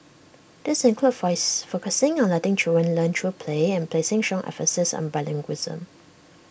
these include focusing on letting children learn through play and placing strong emphasis on bilingualism